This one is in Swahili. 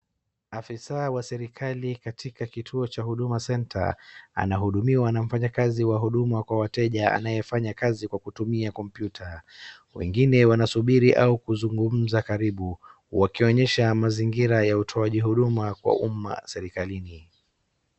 Afisa wa serikali katika kituo cha Huduma Centre anahudumiwa na mfanyikazi wa huduma kwa wateja anayefanya kazi kwa kutumia kompyuta. Wengine wanasubiri au kuzungumza karibu wakionyesha mazingira ya utoaji huduma kwa umma serikalini.